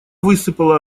высыпала